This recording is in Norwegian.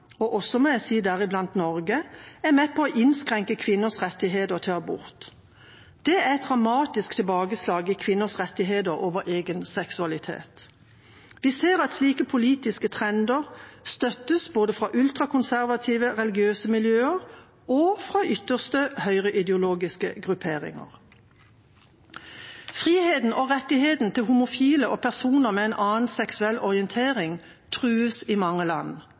jeg må også si deriblant Norge, er med på å innskrenke kvinners rettigheter til abort. Det er et dramatisk tilbakeslag for kvinners rettigheter knyttet til egen seksualitet. Vi ser at slike politiske trender støttes både av ultrakonservative religiøse miljøer og av ytterste høyre-ideologiske grupperinger. Friheten og rettighetene til homofile og personer med en annen seksuell orientering trues i mange land,